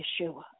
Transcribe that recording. Yeshua